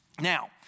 Now